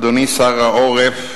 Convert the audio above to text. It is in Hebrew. אדוני שר העורף,